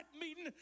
meeting